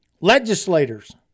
legislators